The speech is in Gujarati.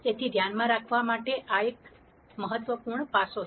તેથી ધ્યાનમાં રાખવા માટે આ કંઈક મહત્વપૂર્ણ છે